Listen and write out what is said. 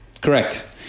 Correct